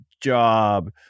job